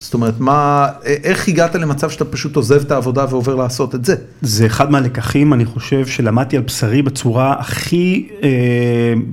זאת אומרת מה איך הגעת למצב שאתה פשוט עוזב את העבודה ועובר לעשות את זה זה אחד מהלקחים אני חושב שלמדתי על בשרי בצורה הכי אממ.